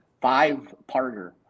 five-parter